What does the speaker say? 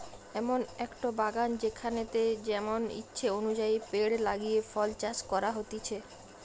এমন একটো বাগান যেখানেতে যেমন ইচ্ছে অনুযায়ী পেড় লাগিয়ে ফল চাষ করা হতিছে